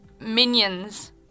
minions